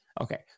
Okay